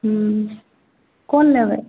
हूँ कोन लेबै